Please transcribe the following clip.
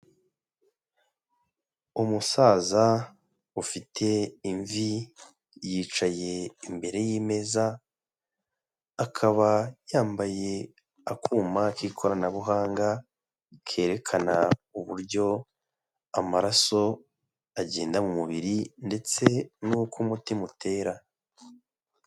Umusaza ufite imvi, yicaye imbere y'imeza, akaba yambaye akuma k'ikoranabuhanga, kerekana uburyo amaraso agenda mu mubiri ndetse n'uko umutima utera.